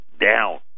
down